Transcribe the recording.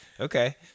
Okay